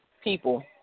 people